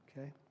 okay